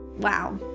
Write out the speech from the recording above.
Wow